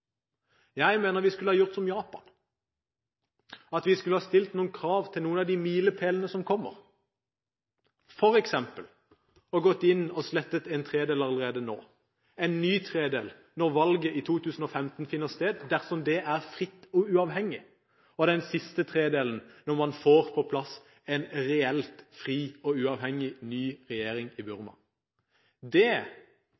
Vi skulle ha gjort som Japan, og stilt noen krav til noen av de milepælene som kommer – f.eks. å slette en tredel allerede nå, en ny tredel når valget i 2015 finner sted, dersom landet er fritt og uavhengig, og den siste tredelen når de får på plass en reell fri og uavhengig ny regjering i